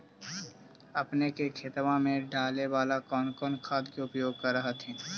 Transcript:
अपने के खेतबा मे डाले बाला कौन कौन खाद के उपयोग कर हखिन?